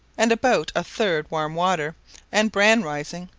and about a third warm water and bran-rising,